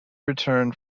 return